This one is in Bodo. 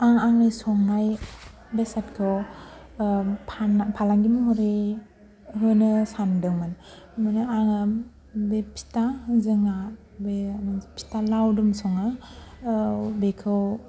आं आंनि संनाय बेसादखौ फालांगि महरै होनो सानदोंमोन माने आङो बे फिथा जोंना बे फिथा लावदुम सङो बेखौ